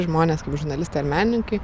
žmonės kaip žurnalistai ar menininkai